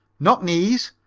knock-knees,